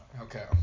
Okay